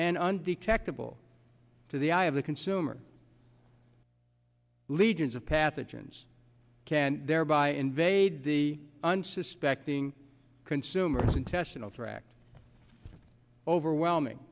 and undetectable to the eye of the consumer legions of pathogens can thereby invade the unsuspecting consumers intestinal tract overwhelming